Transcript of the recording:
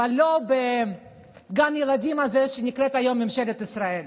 אבל לא בגן הילדים הזה שנקרא היום ממשלת ישראל.